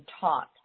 taught